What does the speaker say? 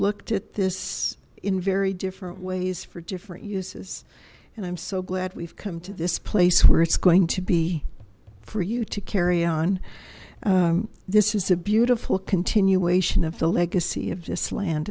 looked at this in very different ways for different uses and i'm so glad we've come to this place where it's going to be for you to carry on this is a beautiful continuation of the legacy of this land